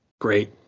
Great